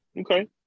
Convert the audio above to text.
Okay